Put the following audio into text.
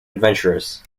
adventurous